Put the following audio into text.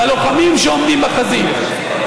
ללוחמים שעומדים בחזית.